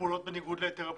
פעולות בניגוד להיתר הבניה.